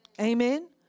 Amen